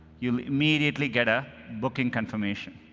you'll immediately get a booking confirmation.